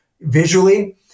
visually